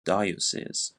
diocese